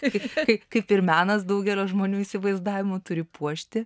kaikaip ir menas daugelio žmonių įsivaizdavimu turi puošti